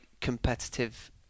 competitive